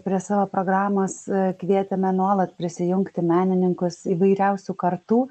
prie savo programos kvietėme nuolat prisijungti menininkus įvairiausių kartų